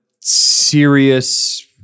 serious